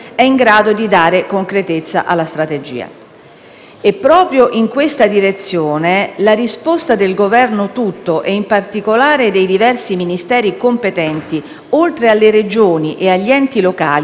Proprio in questa direzione la risposta del Governo tutto, e in particolare dei diversi ministeri competenti oltre alle Regioni e agli enti locali, è stata positiva e si è concretizzata.